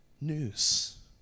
news